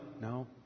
No